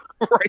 Right